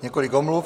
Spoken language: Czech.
Několik omluv.